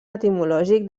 etimològic